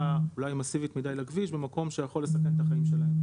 אולי מסיבית מדי לכביש במקום שיכול לסכן את החיים שלהם.